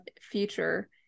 future